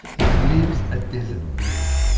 there lives a desert beetle.